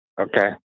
okay